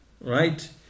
Right